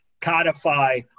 codify